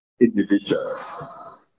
individuals